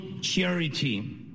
charity